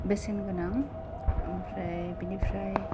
बेसेन गोनां ओमफ्राय बेनिफ्राय